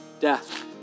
death